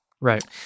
Right